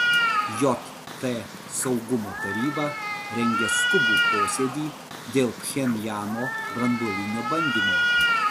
jt saugumo taryba rengia skubų posėdį dėl pchenjano branduolinio bandymo